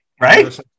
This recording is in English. Right